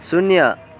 शून्य